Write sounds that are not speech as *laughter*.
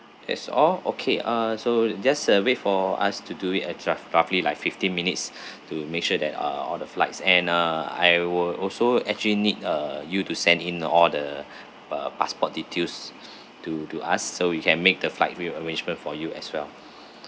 that's all okay ah so just uh wait for us to do it at rough roughly like fifteen minutes to make sure that uh all the flights and uh I will also actually need uh you to send in all the uh passport details *breath* to to us so we can make the flight re arrangement for you as well